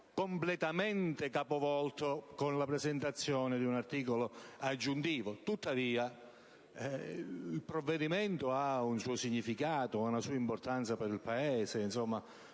completamente capovolto con la presentazione di un articolo aggiuntivo. Tuttavia, il provvedimento ha un suo significato, una sua importanza per il Paese.